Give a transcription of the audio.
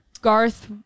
Garth